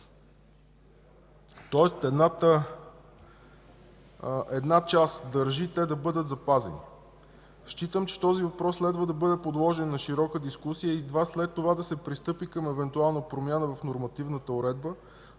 тоест една част държи те да бъдат запазени. Считам, че този въпрос следва да бъде подложен на широка дискусия и едва след това да се пристъпи към евентуална промяна в нормативната уредба,